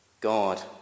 God